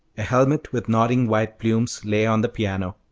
a helmet with nodding white plumes lay on the piano.